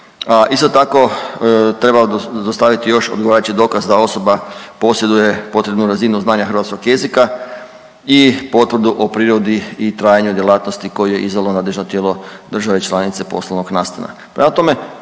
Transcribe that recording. Isto tako treba dostaviti još odgovarajući dokaz da osoba posjeduje potrebnu razinu znanja hrvatskog jezika i potvrdu o prirodi i trajanju djelatnosti koju je izdalo nadležno tijelo države članice poslovnog nastana.